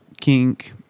kink